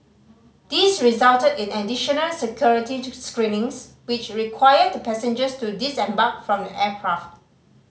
this resulted in additional security screenings which required the passengers to disembark from the aircraft